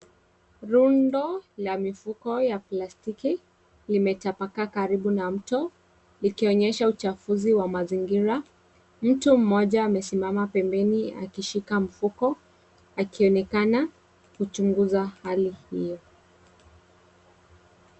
Rundo ya mifuko ya plastiki limetapakaa karibu na mto ikionyesha uchafuzi wa mazingira. Mtu mmoja amesimama pembeni akishika mfuko akionekana kuchunguza hali hio.